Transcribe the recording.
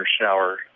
shower